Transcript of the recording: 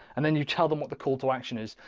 and then you tell them what the call to action is.